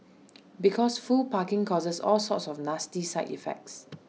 because full parking causes all sorts of nasty side effects